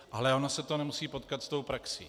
Ale ono se to nemusí potkat s praxí.